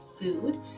food